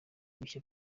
bishya